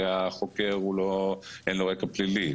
שהחוקר אין לו רקע פלילי,